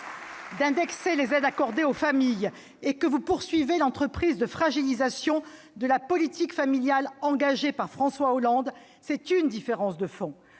d'indexer les aides accordées aux familles et que vous poursuivez l'entreprise de fragilisation de la politique familiale engagée par François Hollande, c'est une différence de fond.